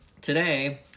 today